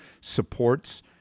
supports